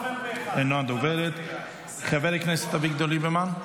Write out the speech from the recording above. אינה דוברת -- ינון ----- חבר הכנסת אביגדור ליברמן,